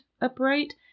upright